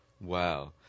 Wow